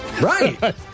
Right